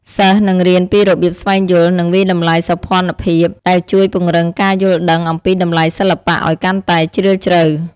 សិស្សនឹងរៀនពីរបៀបស្វែងយល់ និងវាយតម្លៃសោភណភាព ដែលជួយពង្រឹងការយល់ដឹងអំពីតម្លៃសិល្បៈឲ្យកាន់តែជ្រាលជ្រៅ